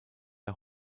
der